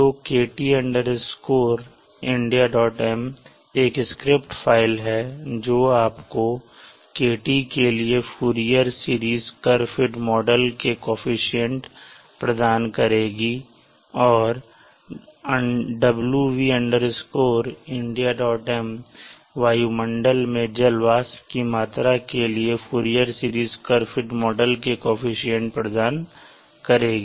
तो kt Indiam एक script file है जो आपको kt के लिए Fourier series curve fit model के कोअफिशन्ट प्रदान करेगी और wv Indiam वायुमंडल में जल वाष्प की मात्रा के लिए Fourier series curve fit model के कोअफिशन्ट प्रदान करेगी